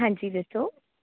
ਹਾਂਜੀ ਦੱਸੋ